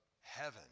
heaven